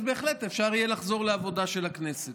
אז בהחלט אפשר יהיה לחזור לעבודה של הכנסת.